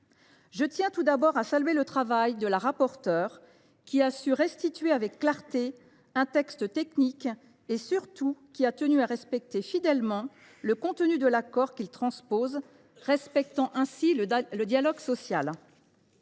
Je tiens tout d’abord à saluer le travail de Mme la rapporteure, qui a su restituer avec clarté un texte technique et, surtout, qui a tenu à respecter fidèlement le contenu de l’accord transposé, respectant ainsi le dialogue social.